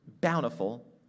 bountiful